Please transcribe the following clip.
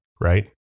right